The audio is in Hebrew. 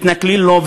מתנכלים לו,